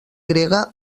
grega